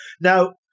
Now